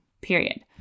period